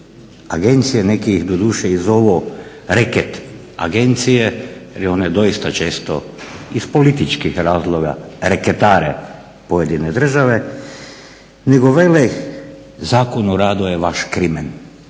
agencije neki ih doduše zovu reket agencije i one doista često iz političkih razloga reketare pojedine države, nego vele Zakon o radu je vaš krimen.